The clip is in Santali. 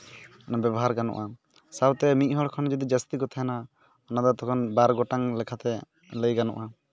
ᱵᱮᱵᱷᱟᱨ ᱜᱟᱱᱚᱜᱼᱟ ᱥᱟᱶᱛᱮ ᱢᱤᱫ ᱦᱚᱲ ᱠᱷᱚᱱ ᱡᱩᱫᱤ ᱡᱟᱹᱥᱛᱤ ᱠᱚ ᱛᱟᱦᱮᱱᱟ ᱚᱱᱟᱫᱚ ᱛᱚᱠᱷᱚᱱ ᱵᱟᱨ ᱜᱚᱴᱟᱝ ᱞᱮᱠᱷᱟᱛᱮ ᱞᱟᱹᱭ ᱜᱟᱱᱚᱜᱼᱟ